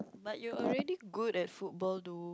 but you already good at football though